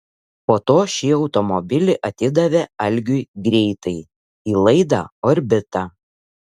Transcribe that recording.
po to šį automobilį atidavė algiui greitai į laidą orbita